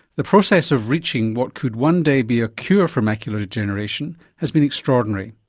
the process of reaching what could one day be a cure for macular degeneration has been extraordinary,